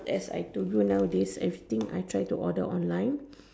as I told you nowadays everything I try to order online